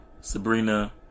Sabrina